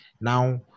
Now